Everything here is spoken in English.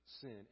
sin